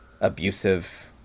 abusive